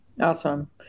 Awesome